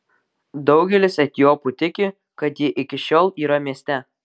daugelis etiopų tiki kad ji iki šiol yra mieste